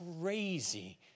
crazy